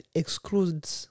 excludes